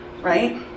right